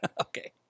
Okay